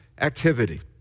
activity